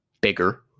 bigger